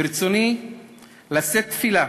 ברצוני לשאת תפילה,